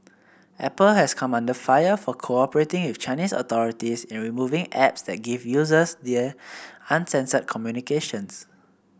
Apple has come under fire for cooperating with Chinese authorities in removing apps that give users there uncensored communications